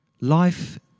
life